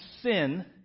sin